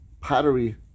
pottery